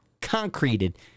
concreted